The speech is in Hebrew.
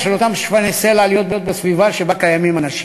של אותם שפני סלע להיות בסביבה שבה קיימים אנשים.